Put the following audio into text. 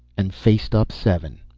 and faced up seven.